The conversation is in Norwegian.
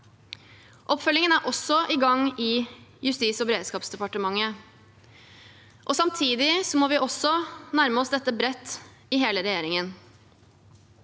Oppfølgingen er også i gang i Justis- og beredskapsdepartementet. Samtidig må vi også nærme oss dette bredt i hele regjeringen.